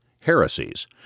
heresies